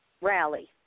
Rally